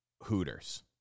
Hooters